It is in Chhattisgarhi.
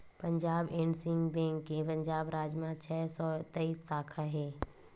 पंजाब एंड सिंध बेंक के पंजाब राज म छै सौ तेइस साखा हे